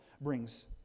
brings